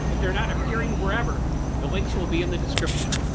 if they're not appearing wherever the links will be in the description.